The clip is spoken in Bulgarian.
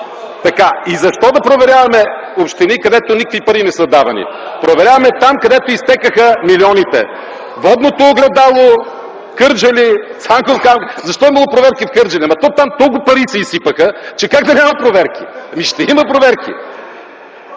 И защо да проверяваме общини, където никакви пари не са давани?! Проверяваме там, където изтекоха милионите – „Водното огледало”, Кърджали, „Цанков камък”. Защо имало толкова проверки в Кърджали... ами то там толкова пари се изсипаха, че как да няма проверки?! Ще има проверки!